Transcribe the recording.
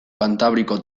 kantabriko